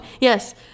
yes